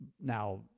Now